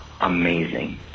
amazing